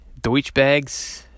Deutschbags